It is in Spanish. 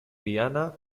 viana